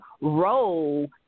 role